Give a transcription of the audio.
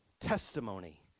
testimony